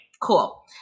Cool